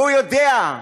והוא יודע,